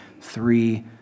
three